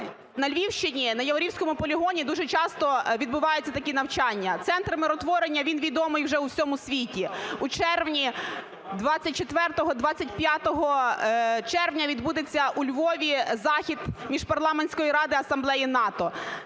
На Львівщині на Яворівському полігоні дуже часто відбуваються такі навчання. Центр миротворення - він відомий вже в усьому світі. У червні, 24-25 червня, відбудеться у Львові захід Міжпарламентської Ради Асамблеї НАТО,